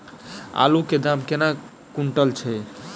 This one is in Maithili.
आलु केँ दाम केना कुनटल छैय?